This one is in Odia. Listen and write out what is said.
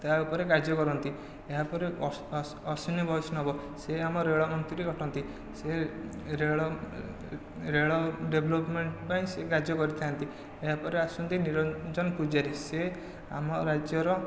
ତା'ଉପରେ କାର୍ଯ୍ୟ କରନ୍ତି ଏହା ପରେ ଅଶ୍ୱିନୀ ବୈଷ୍ଣବ ସେ ଆମ ରେଳ ମନ୍ତ୍ରୀ ଅଟନ୍ତି ସେ ରେଳ ରେଳ ରେଳ ଡେଭଲପମେଣ୍ଟ ପାଇଁ କାର୍ଯ୍ୟ କରିଥାନ୍ତି ଏହାପରେ ଆସୁଛନ୍ତି ନିରଞ୍ଜନ ପୂଜାରୀ ସେ ଆମ ରାଜ୍ୟର